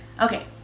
Okay